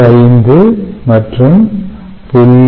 5 மற்றும் 0